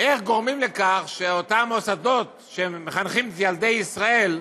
גורמים לכך שאותם מוסדות שמחנכים את ילדי ישראל,